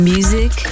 Music